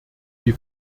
die